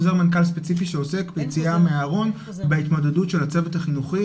ספציפי שעוסק ביציאה מהארון בהתמודדות של הצוות החינוכי